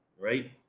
right